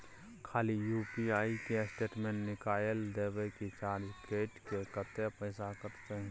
खाली यु.पी.आई के स्टेटमेंट निकाइल देबे की चार्ज कैट के, कत्ते पैसा कटते?